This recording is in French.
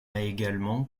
également